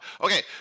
okay